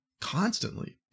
constantly